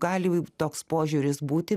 gali toks požiūris būti